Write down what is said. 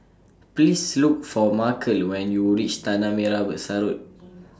Please Look For Markell when YOU REACH Tanah Merah Besar Road